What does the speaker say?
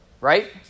right